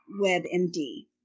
WebMD